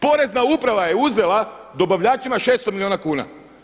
Porezna uprava je uzela dobavljačima 600 milijuna kuna.